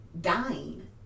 dying